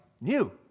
new